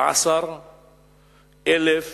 כ-11,000